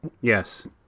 Yes